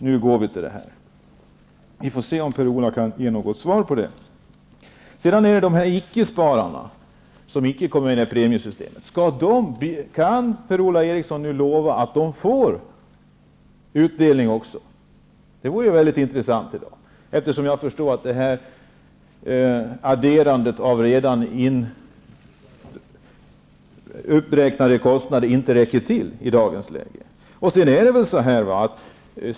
Vi får se om Per-Ola Eriksson kan ge något svar. Sedan har vi frågan om icke-spararna, som inte kommer med i premiesystemet. Kan Per-Ola Eriksson lova att även de skall få ta del av utdelningen? Det vore intressant att få veta. Jag förstår att adderandet av redan uppräknade kostnader inte räcker till i dagens läge.